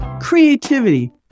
creativity